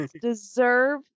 deserve